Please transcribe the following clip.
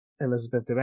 Elizabeth